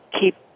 keep